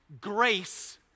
grace